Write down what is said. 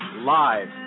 Live